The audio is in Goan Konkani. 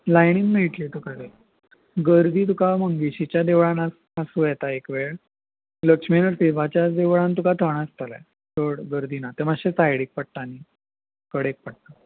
लायनीन मेळटली तुका ते गर्दी तुका मंगेशीच्या देवळान आ आसूं येता एक वेळ लक्ष्मी नरसिंवाच्या देवळान तुका थोडें आसतले चड गर्दी ना तें मात्शे सायडीक पडटा न्ही कडेक पडटा